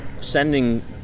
sending